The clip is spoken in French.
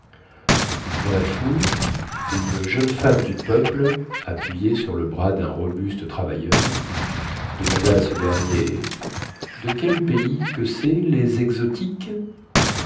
dans la foule une jeune femme du peuple appuyée sur le bras dun robuste travailleur demanda à ce dernier de quel pays que cest les exotiques